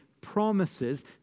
promises